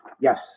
Yes